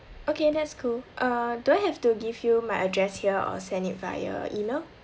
okay that's cool uh do I have to give you my address here or send it via email